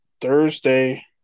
Thursday